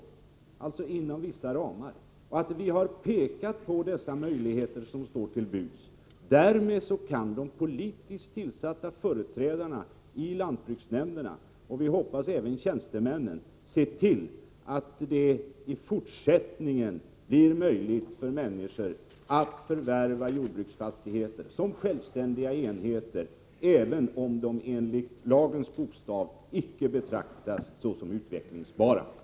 Lagen skall alltså tillämpas inom vissa ramar. Vi har pekat på de möjligheter som står till buds. Därmed kan de politiskt tillsatta företrädarna i lantbruksnämnderna — och förhoppningsvis även tjänstemännen -— se till att det i fortsättningen blir möjligt för människor att förvärva jordbruksfastigheter som självständiga enheter, även om de enligt lagens bokstav inte betraktas såsom utvecklingsbara.